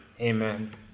Amen